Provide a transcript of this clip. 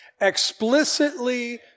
explicitly